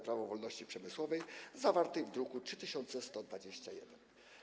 Prawo własności przemysłowej zawartej w druku nr 3121.